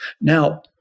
Now